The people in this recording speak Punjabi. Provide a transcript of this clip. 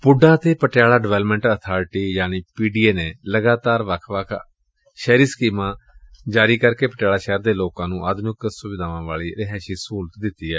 ਪੁੱਡਾ ਅਤੇ ਪਟਿਆਲਾ ਡਿਵੈਲਪਮੈਂਟ ਅਬਾਰਟੀ ਯਾਨੀ ਪੀ ਡੀ ਏ ਨੇ ਲਗਾਤਾਰ ਵੱਖ ਵੱਖ ਅਰਬਨ ਸਕੀਮਾਂ ਜਾਰੀ ਕਰਕੇ ਪਟਿਆਲਾ ਸ਼ਹਿਰ ਦੇ ਲੋਕਾਂ ਨੂੰ ਆਧੁਨਿਕ ਸੁਵਿਧਾਵਾਂ ਵਾਲੀਆਂ ਰਿਹਾਇਸ਼ੀ ਸਹੁਲਤਾਂ ਦਿੱਤੀਆਂ ਨੇ